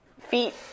feet